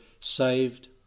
Saved